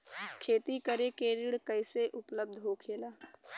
खेती करे के ऋण कैसे उपलब्ध होखेला?